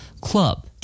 Club